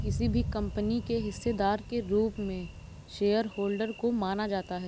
किसी भी कम्पनी के हिस्सेदार के रूप में शेयरहोल्डर को माना जाता है